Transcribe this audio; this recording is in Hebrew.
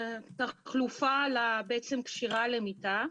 זו בעצם תחלופה לקשירה למיטה,